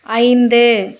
ஐந்து